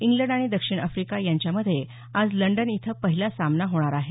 England आणि दक्षिण Africa यांच्यामध्ये आज लंडन इथं पहिला सामना होणार आहे